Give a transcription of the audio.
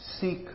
Seek